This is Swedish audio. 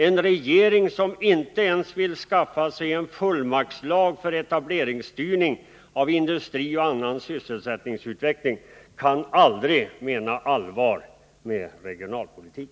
En regering som inte ens vill skaffa sig en fullmaktslag för etableringsstyrning av industri och annan sysselsättningsutveckling kan aldrig mena allvar med regionalpolitik.